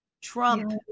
trump